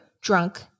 drunk